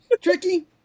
Tricky